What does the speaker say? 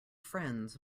friends